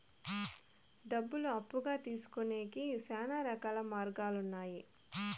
డబ్బులు అప్పుగా తీసుకొనేకి శ్యానా రకాల మార్గాలు ఉన్నాయి